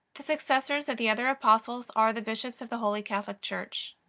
the successors of the other apostles are the bishops of the holy catholic church.